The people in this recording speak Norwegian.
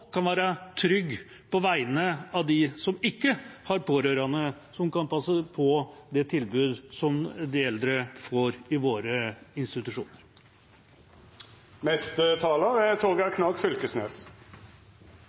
kan være trygge på vegne av dem som ikke har pårørende som kan passe på det tilbudet som de eldre får i våre institusjoner.